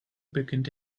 beginnt